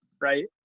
Right